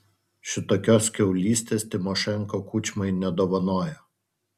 šitokios kiaulystės tymošenko kučmai nedovanojo